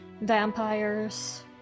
vampires